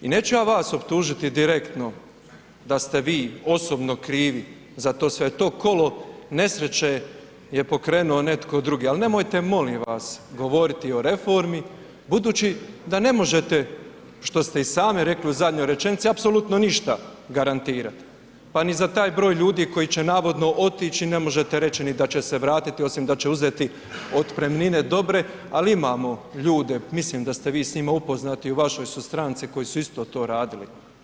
I neću ja vas optužiti direktno da ste vi osobno krivi zato što je to kolo nesreće je pokrenuo netko drugi, ali nemojte molim vas govoriti o reformi, budući da ne možete što ste i sami rekli u zadnjoj rečenici apsolutno ništa garantirati, pa ni za taj broj ljudi koji će navodno otići ne možete reći ni da će se vratiti osim da će uzeti otpremnine dobre, ali imamo ljude, mislim da ste vi s njima upoznati u vašoj su stranci koji su isto to radili.